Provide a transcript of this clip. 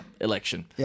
election